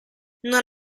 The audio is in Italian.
non